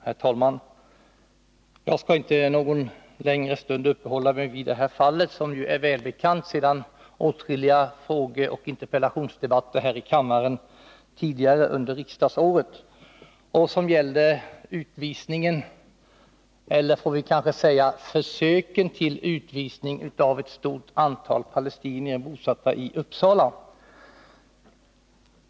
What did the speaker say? Herr talman! Jag skall inte någon längre stund uppehålla mig vid det här ärendet, som ju är välbekant efter åtskilliga frågeoch interpellationsdebatter här i kammaren tidigare under riksmötet, vilka gällde utvisningen eller — får vi kanske säga — försöken till utvisning av ett stort antal palestinier bosatta i Uppsala.